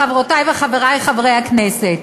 חברותי וחברי חברי הכנסת,